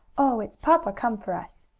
oh, it's papa come for us!